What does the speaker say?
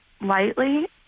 lightly